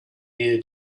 year